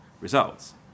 results